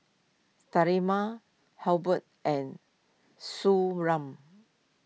Sterimar Abbott and Suu